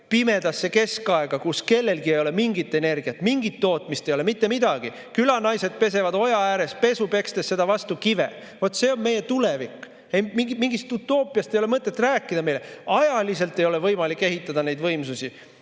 pimedasse keskaega, kus kellelgi ei ole mingit energiat, mingit tootmist ei ole, mitte midagi ei ole. Külanaised pesevad oja ääres pesu, pekstes pesu vastu kive. Vot see on meie tulevik. Mingist utoopiast ei ole mõtet meile rääkida. Ajaliselt ei ole võimalik ehitada neid võimsusi,